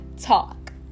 talk